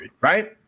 right